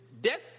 death